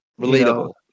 relatable